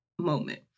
Moment